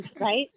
right